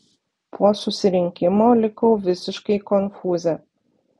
po susirinkimo likau visiškai konfūze